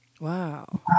Wow